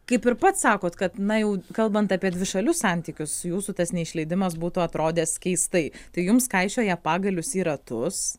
kaip ir pats sakot kad na jau kalbant apie dvišalius santykius jūsų tas neišleidimas būtų atrodęs keistai tai jums kaišioja pagalius į ratus